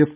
F